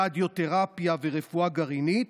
רדיותרפיה ורפואה גרעינית.